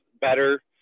better